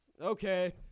okay